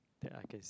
that I guess